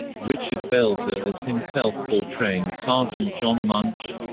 richard belzer as himself portraying sergeant john munch